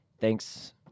thanks